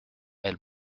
elle